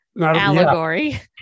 allegory